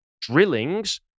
drillings